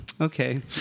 okay